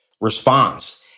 response